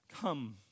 Come